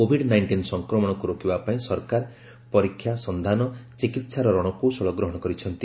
Covid nineteen ସଂକ୍ରମଣକୁ ରୋକିବା ପାଇଁ ସରକାର ପରୀକ୍ଷା ସନ୍ଧାନ ଚିକିହାର ରଣକୌଶଳ ଗ୍ରହଣ କରିଛନ୍ତି